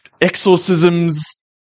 exorcisms